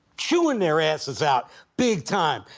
chewin' their asses out big time,